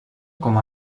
com